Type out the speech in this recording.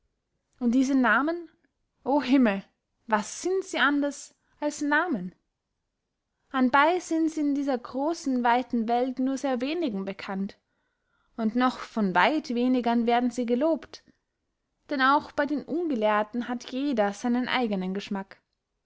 und diese namen o himmel was sind sie anders als namen anbey sind sie in dieser grossen weiten welt nur sehr wenigen bekannt und noch von weit wenigern werden sie gelobt denn auch bey den ungelehrten hat jeder seinen eigenen geschmack